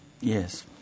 Yes